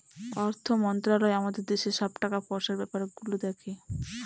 অর্থ মন্ত্রালয় আমাদের দেশের সব টাকা পয়সার ব্যাপার গুলো দেখে